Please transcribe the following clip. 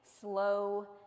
slow